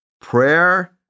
prayer